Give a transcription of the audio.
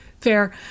Fair